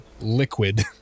liquid